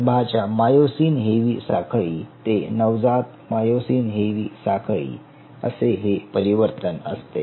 गर्भाच्या myosin heavy साखळी ते नवजात मायोसिन हेवी साखळी असे हे परिवर्तन असते